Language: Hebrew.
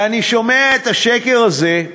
ואני שומע את השקר הזה,